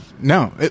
no